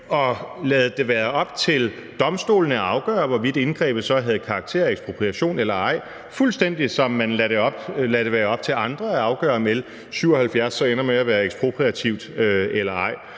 og ladet det være op til domstolene at afgøre, hvorvidt indgrebet så havde karakter af ekspropriation eller ej, fuldstændig som man lader det være op til andre at afgøre, om L 77 så ender med at være ekspropriativt eller ej.